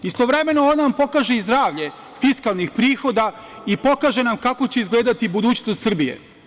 Istovremeno, pokazuje nam i zdravlje fiskalnih prihoda i pokazuje nam kako će izgledati budućnost Srbije.